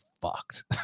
fucked